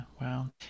wow